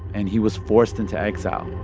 and he was forced into exile.